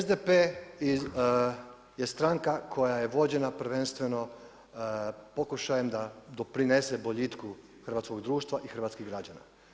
SDP je stranka koja je vođena prvenstveno pokušajem da doprinese boljitku hrvatskog društva i hrvatskih građana.